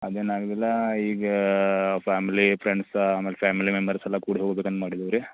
ಅದೇನು ಆಗುವುದಿಲ್ಲ ಈಗ ಫ್ಯಾಮಿಲಿ ಫ್ರೆಂಡ್ಸ ಆಮೇಲೆ ಫ್ಯಾಮಿಲಿ ಮೆಂಬರ್ಸ್ ಎಲ್ಲ ಕೂಡಿ ಹೋಗಬೇಕಂತ ಮಾಡಿದ್ದೀವಿ ರೀ